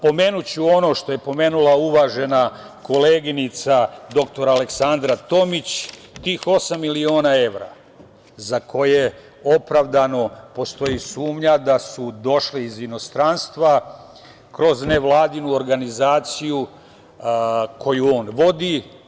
Pomenuću ono što je pomenula uvažena koleginica dr. Aleksandra Tomić, tih osam miliona evra za koje opravdano postoji sumnja da su došle iz inostranstva kroz nevladinu organizaciju koju on vodi.